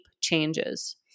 changes